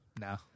No